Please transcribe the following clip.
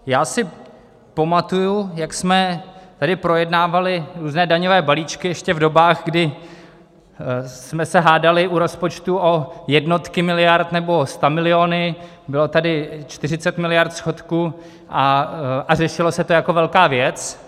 Já si pamatuji, jak jsme tady projednávali různé daňové balíčky ještě v dobách, kdy jsme se hádali u rozpočtu o jednotky miliard nebo stamiliony, bylo tady 40 miliard schodku a řešilo se to jako velká věc.